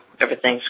everything's